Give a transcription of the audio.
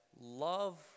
love